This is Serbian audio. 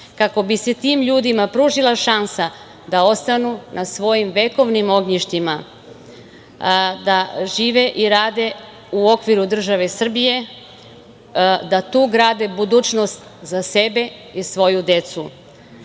kako bi se tim ljudima pružila šansa da ostanu na svojim vekovnim ognjištima, da žive i rade u okviru države Srbije, da tu grade budućnost za sebe i svoju decu.